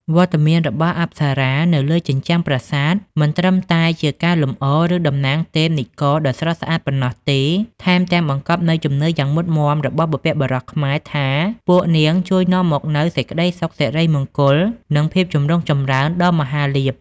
វត្តមានរបស់អប្សរានៅលើជញ្ជាំងប្រាសាទមិនត្រឹមតែជាការលម្អ ឬតំណាងទេពនិករដ៏ស្រស់ស្អាតប៉ុណ្ណោះទេ ថែមទាំងបង្កប់នូវជំនឿយ៉ាងមុតមាំរបស់បុព្វបុរសខ្មែរថា ពួកនាងជួយនាំមកនូវ សេចក្តីសុខ សិរីមង្គល និងភាពចម្រុងចម្រើន ដ៏មហាលាភ។